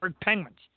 Penguins